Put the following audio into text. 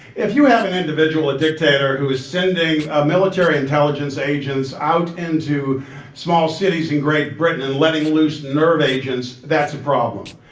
if you have an individual, a dictator, who is sending ah military intelligence agents out into small cities in great britain and letting loose nerve agents, that's a problem.